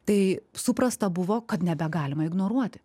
tai suprasta buvo kad nebegalima ignoruoti